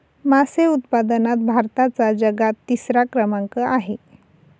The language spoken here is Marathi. मासे उत्पादनात भारताचा जगात तिसरा क्रमांक आहे